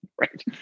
right